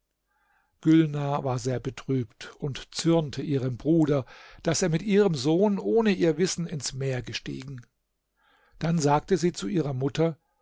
gülnar war sehr betrübt und zürnte ihrem bruder daß er mit ihrem sohn ohne ihr wissen ins meer gestiegen dann sagte sie zu ihrer mutter